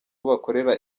bakorera